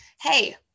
Hey